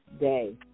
day